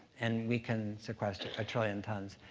and we can sequester a trillion tons.